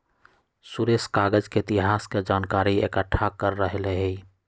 सुरेश कागज के इतिहास के जनकारी एकट्ठा कर रहलई ह